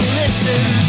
listen